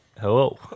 Hello